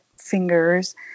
fingers